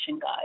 guide